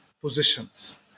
positions